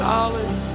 Solid